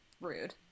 rude